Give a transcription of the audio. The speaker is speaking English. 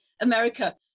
America